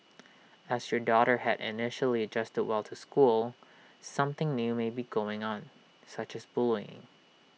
as your daughter had initially adjusted well to school something new may be going on such as bullying